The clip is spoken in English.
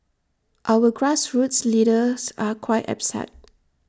our grassroots leaders are quite upset